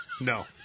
no